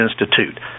institute